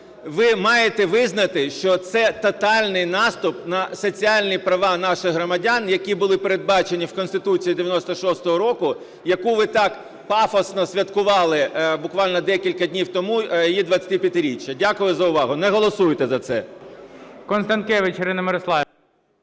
Ви маєте визнати, що це тотальний наступ на соціальні права наших громадян, які були передбачені в Конституції 1996 року, яку ви так пафосно святкували буквально декілька днів тому, її 25-річчя. Дякую за увагу. Не голосуйте за це.